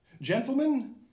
Gentlemen